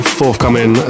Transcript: forthcoming